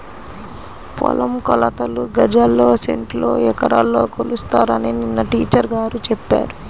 పొలం కొలతలు గజాల్లో, సెంటుల్లో, ఎకరాల్లో కొలుస్తారని నిన్న టీచర్ గారు చెప్పారు